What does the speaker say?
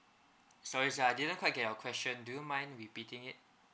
sorry sir I didn't quite get your question do you mind repeating it